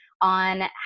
on